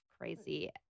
crazy